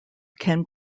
can